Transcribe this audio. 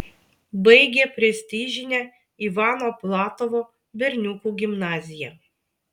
baigė prestižinę ivano platovo berniukų gimnaziją